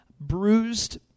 bruised